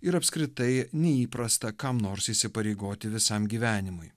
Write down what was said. ir apskritai neįprasta kam nors įsipareigoti visam gyvenimui